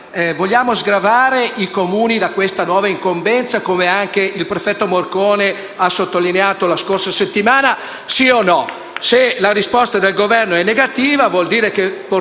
Vogliamo o no sgravare i Comuni dalla nuova incombenza, come anche il prefetto Morcone ha sottolineato la scorsa settimana? Se la risposta del Governo è negativa vuol dire che pone